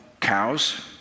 cows